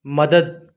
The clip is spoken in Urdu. مدد